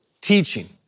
teaching